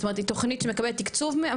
זאת אומרת היא תוכנית שמקבלת תקצוב,